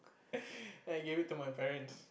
then I give it to my parents